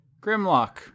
grimlock